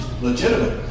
legitimate